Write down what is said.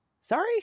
Sorry